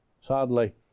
Sadly